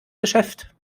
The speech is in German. geschäft